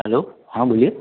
hello હા બોલો